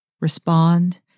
Respond